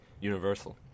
universal